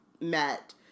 met